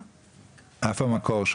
מאיפה אתה במקור?